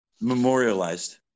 memorialized